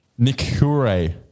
Nikure